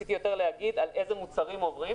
ניסיתי יותר להגיד איזה מוצרים עוברים,